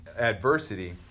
adversity